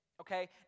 Okay